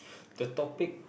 the topic